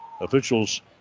Officials